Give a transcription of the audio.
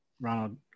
Ronald